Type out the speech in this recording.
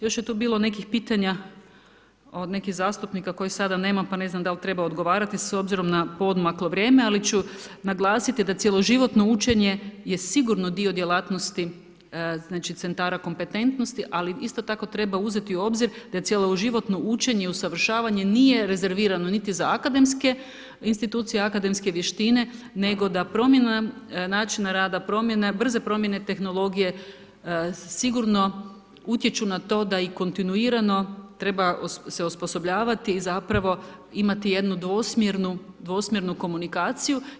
Još je tu bilo nekih pitanja od nekih zastupnika, koje sada nema, pa ne znam dal treba odgovarati s obzirom na podmaklo vrijeme, ali ću naglasiti da cijeloživotno učenje je sigurno dio djelatnosti centara kompetentnosti, ali isto tako treba uzeti u obzir da cijeloživotno učenje i usavršavanje nije rezervirano niti za akademske institucije, akademske vještine, nego da promjena načina rada, promjena brze promjene tehnologije, sigurno utječu na to da kontinuirano treba se osposobljavati i zapravo imati jednu dvosmjernu komunikaciju.